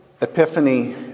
epiphany